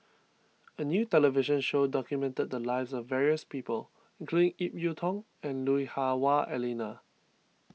a new television show documented the lives of various people including Ip Yiu Tung and Lui Hah Wah Elena